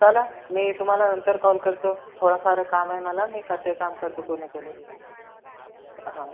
चला मी तुम्हाला नंतर कॉल करतो थोडाफार कामं आहे मला मी करते काम करतो पूर्ण पहिले हां